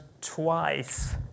twice